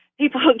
people